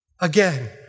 Again